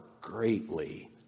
greatly